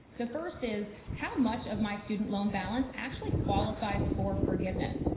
the first is how much of my student loan balance actually qualifies for forgiveness.